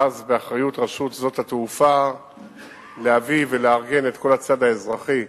ואז באחריות רשות שדות התעופה להביא ולארגן את כל הצד האזרחי,